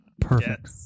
perfect